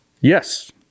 Yes